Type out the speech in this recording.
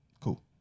cool